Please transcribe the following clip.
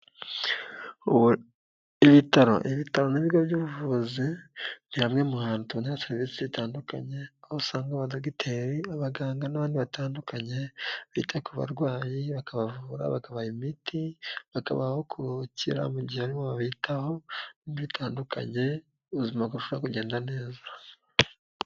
Ibitaro ibitaro n'ibigo by'ubuvuzi ni hamwe hamwe mu hantu tubonera serivisi zitandukanye aho usanga abadogiteri abaganga n'abandi batandukanye bita ku barwayi bakabavura bakabaha imiti bakabahokira mu gihe bamwe babitaho bitandukanye ubuzima bushoboraho kugenda neza.